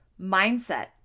mindset